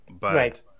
right